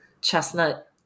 chestnut